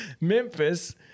Memphis